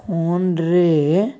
ଫୋନ୍ରେ